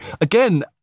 again